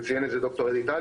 וציין את זה ד"ר אדי טל,